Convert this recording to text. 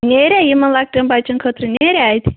نیریا یِمَن لَکٹٮ۪ن بَچَن خٲطرٕ نیریا اَتہِ